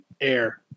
air